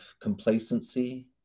complacency